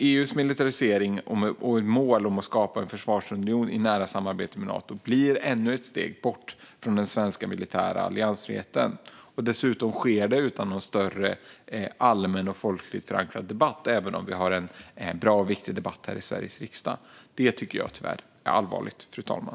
EU:s militarisering och dess mål att skapa en försvarsunion i nära samarbete med Nato blir ännu ett steg bort från den svenska militära alliansfriheten. Dessutom sker detta tyvärr utan någon större allmän och folkligt förankrad debatt, även om vi har en bra och viktig debatt här i Sveriges riksdag. Det tycker jag är allvarligt, fru talman.